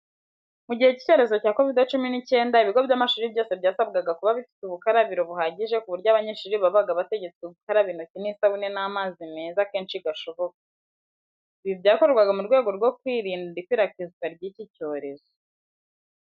Mu gihe cy'icyorezo cya Kovide cumi n'icyenda, ibigo by'amashuri byose byasabwaga kuba bifite ubukarabiro buhagije ku buryo abanyeshuri babaga bategetswe gukaraba intoki n'isabune n'amazi meza kenshi gashoboka. Ibi byakorwaga mu rwego rwo kwirinda ikwirakwizwa ry'iki cyorezo.